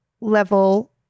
level